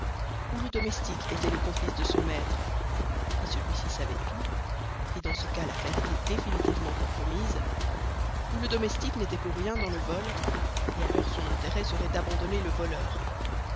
ou le domestique était le complice de son maître et celui-ci savait tout et dans ce cas l'affaire était définitivement compromise ou le domestique n'était pour rien dans le vol et alors son intérêt serait d'abandonner le voleur